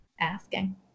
asking